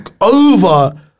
over